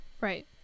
right